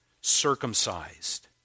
circumcised